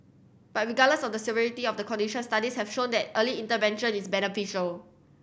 but regardless of the severity of the condition studies have shown that early intervention is beneficial